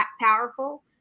powerful